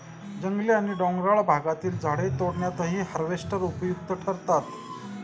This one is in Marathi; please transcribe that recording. जंगली आणि डोंगराळ भागातील झाडे तोडण्यातही हार्वेस्टर उपयुक्त ठरतात